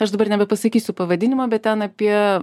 aš dabar nebepasakysiu pavadinimo bet ten apie